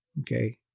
okay